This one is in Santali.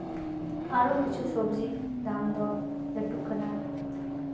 ᱟᱨᱚ ᱠᱤᱪᱷᱩ ᱥᱚᱵᱽᱡᱤ ᱫᱟᱢ ᱫᱚᱨ ᱞᱟᱹᱴᱩᱜ ᱠᱟᱱᱟ